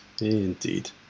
indeed